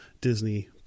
Disney